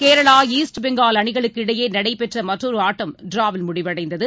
கேரளாஈஸ்ட் பெங்கால் அணிகளுக்கு இடையேநடைபெற்றமற்றொருஆட்டம் டிராவில் முடிவடைந்தது